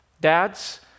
Dads